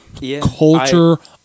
Culture